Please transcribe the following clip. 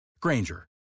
Granger